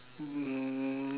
um